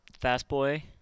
Fastboy